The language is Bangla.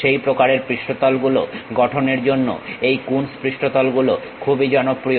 সেই প্রকারের পৃষ্ঠতলগুলো গঠনের জন্য এই কুনস পৃষ্ঠতল গুলো খুবই জনপ্রিয়